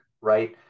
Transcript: right